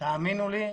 תאמינו לי,